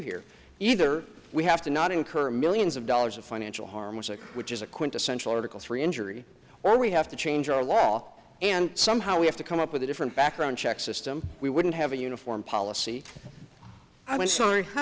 here either we have to not incur millions of dollars of financial harm with that which is a quintessential articles for injury or we have to change our law and somehow we have to come up with a different background check system we wouldn't have a uniform policy i'm sorry how